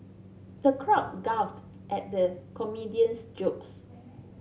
the crowd at the comedian's jokes